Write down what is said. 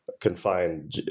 confined